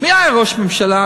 מי היה ראש ממשלה?